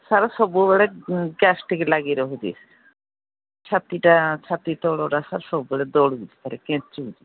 sir ସବୁବେଳେ gastric ଲାଗି ରହୁଛି ଛାତିଟା ଛାତି ତଳଟା ସାର୍ ସବୁବେଳେ ଦଳୁଛି ସାର୍ କେଞ୍ଚୁଛି